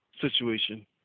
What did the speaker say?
situation